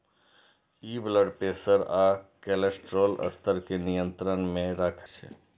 ई blood pressure आ cholesterol स्तर कें नियंत्रण मे राखै लेल सार्थक छै